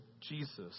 Jesus